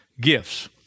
gifts